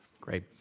Great